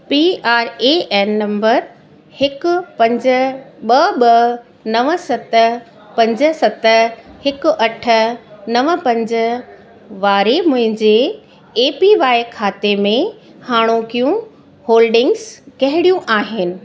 P R A N number हिकु पंज ॿ ॿ नव सत पंज सत हिकु अठ नव पंज वारे मुंहिंजे ए पी वाए खाते में हाणोकियूं होल्डिंगस कहिड़ियूं आहिनि